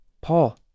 Paul